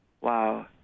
Wow